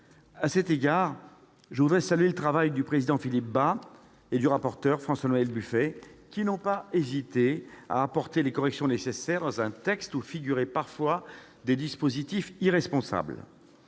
À cet égard, je voudrais saluer le travail du président de la commission des lois, Philippe Bas, et du rapporteur François-Noël Buffet, qui n'ont pas hésité à apporter les corrections nécessaires à un texte dans lequel figuraient parfois des dispositifs irresponsables.